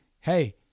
Hey